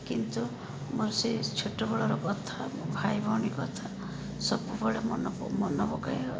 କିନ୍ତୁ ମୋର ସେଇ ଛୋଟବେଳର କଥା ଭାଇ ଭଉଣୀ କଥା ସବୁବେଳେ ମନେ ମନେ ପକାଏ ଆଉ